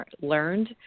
learned